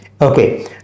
okay